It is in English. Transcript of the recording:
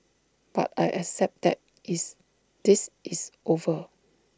but I accept that is this is over